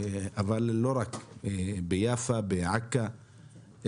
אבל לא רק, ביפו, בעכו,